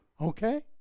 Okay